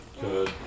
Good